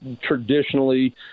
traditionally